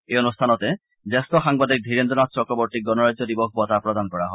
এই অনুষ্ঠানতে জ্যেষ্ঠ সাংবাদিক ধীৰেন্দ্ৰ নাথ চক্ৰৱৰ্তীক গণৰাজ্য দিৱস বঁটা প্ৰদান কৰা হয়